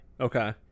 Okay